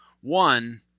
one